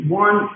one